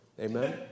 Amen